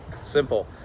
simple